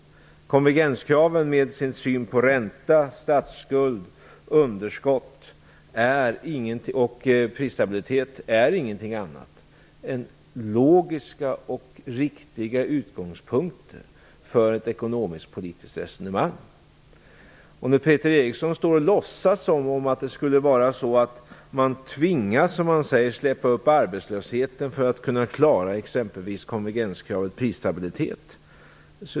Konvergenskraven, som gäller räntan, statsskulden, underskotten och prisstabiliteten, är ingenting annat än logiska och riktiga utgångspunkter för ett ekonomiskpolitiskt resonemang. Peter Eriksson låtsas som om man skulle tvingas låta arbetslösheten stiga för att kunna uppfylla t.ex. konvergenskravet om prisstabilitet.